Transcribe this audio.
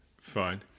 Fine